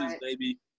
baby